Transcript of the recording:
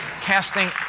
Casting